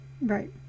Right